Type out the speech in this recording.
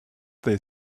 they